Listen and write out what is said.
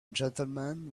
gentleman